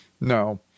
No